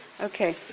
Okay